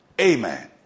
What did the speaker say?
amen